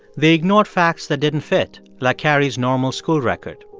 they ignored facts that didn't fit, like carrie's normal school record.